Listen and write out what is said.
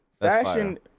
Fashion